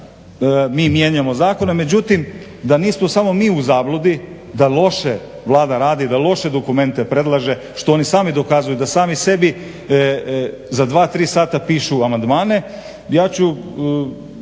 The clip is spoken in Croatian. Mi mijenjamo zakon. Međutim da nismo samo mi u zabludi, da loše Vlada radi, da loše dokumente predlaže što oni sami dokazuju da sami sebi za dva, tri sata pišu amandmane. Ja ću